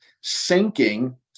sinking